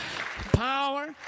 Power